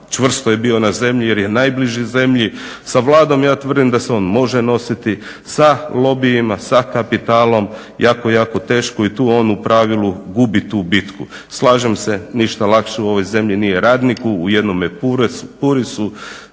Čvrsto je bio na zemlji jer je najbliži zemlji. Sa Vladom ja tvrdim da se on može nositi, sa lobijima, sa kapitalom jako, jako teško i tu on u pravilu gubi tu bitku. Slažem se, ništa lakše u ovoj zemlji nije radniku u jednome PURIS-u